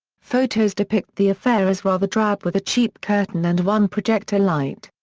photos depict the affair as rather drab with a cheap curtain and one projector light.